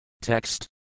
Text